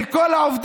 על כל העובדים.